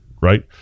right